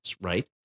right